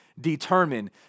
determine